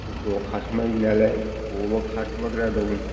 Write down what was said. मोसौआ खारखुमायो नालाय बबेबा खारखुमाग्रा दं